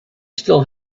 still